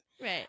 Right